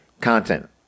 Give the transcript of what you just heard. content